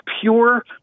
pure